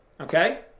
Okay